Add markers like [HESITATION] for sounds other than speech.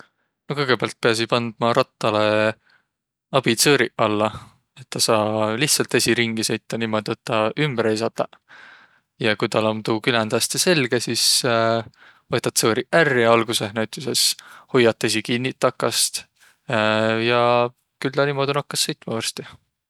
No kõgõpäält piäsiq pandma rattalõ abitsõõriq alla, et tä saa lihtsält esiq ringi sõitaq, niimuudu et tä ümbre ei sataq. Ja ku täl om tuu küländ häste selge, sis [HESITATION] võtat tsõõriq ärq ja algusõh näütüses hoiat esiq kinniq takast. [HESITATION] Ja küll tä niimuudu nakkas sõitma varsti.